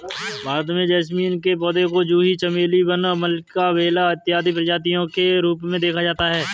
भारत में जैस्मीन के पौधे को जूही चमेली वन मल्लिका बेला इत्यादि प्रजातियों के रूप में देखा जाता है